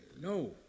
No